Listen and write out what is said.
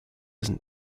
isn’t